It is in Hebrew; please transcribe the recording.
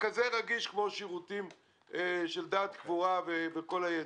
בתחום כל כך רגיש כמו שירותי דת, קבורה וכל היתר.